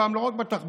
הפעם לא רק בתחבורה,